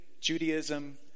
Judaism